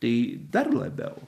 tai dar labiau